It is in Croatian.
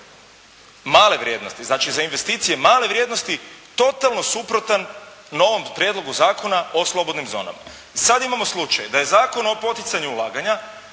male vrijednosti, znači za investicije male vrijednosti totalno suprotan novom Prijedlogu zakona o slobodnim zonama. Sada imamo slučaj da je Zakon o poticanju ulaganja